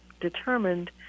determined